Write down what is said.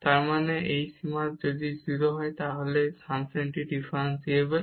তার মানে এই সীমা যদি 0 হয় তাহলে ফাংশনটি ডিফারেনসিবল